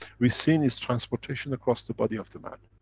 we've seen its transportation across the body of the man.